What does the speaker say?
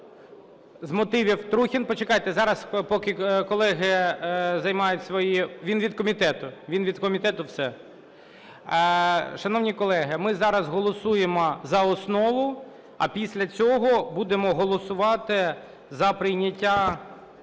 З мотивів – Трухін. Почекайте, зараз, поки колеги займають свої… Він від комітету. Він від комітету. Все. Шановні колеги, ми зараз голосуємо за основу, а після цього будемо голосувати за прийняття